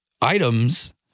items-